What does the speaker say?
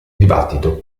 dibattito